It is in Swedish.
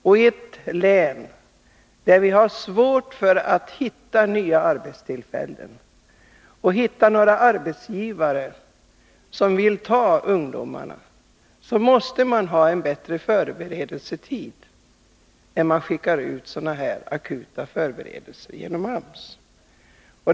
I ett län där vi har svårt att hitta arbetsgivare som vill ta sig an ungdomarna måste man få bättre tid för förberedelser.